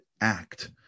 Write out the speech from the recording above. act